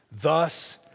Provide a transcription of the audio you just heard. Thus